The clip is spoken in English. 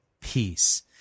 peace